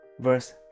verse